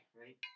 right